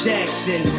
Jackson